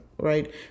Right